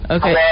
Okay